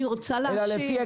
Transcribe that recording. אני רוצה להשיב.